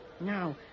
Now